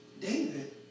David